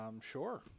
sure